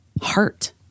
heart